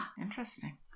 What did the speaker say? Interesting